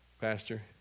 Pastor